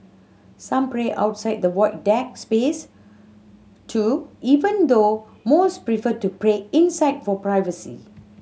some pray outside the Void Deck space too even though most prefer to pray inside for privacy